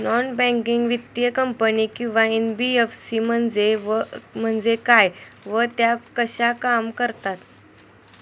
Non banking वित्तीय company किंवा NBFC म्हणजे काय व त्या कशा काम करतात?